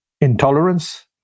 intolerance